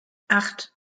acht